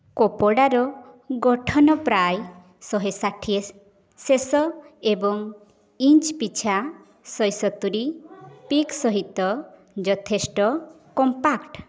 କପଡ଼ାର ଗଠନ ପ୍ରାୟ ଶହେ ଷାଠିଏ ଶେଷ ଏବଂ ଇଞ୍ଚ ପିଛା ଶହେ ସତୁରୀ ପିକ୍ ସହିତ ଯଥେଷ୍ଟ କମ୍ପାକ୍ଟ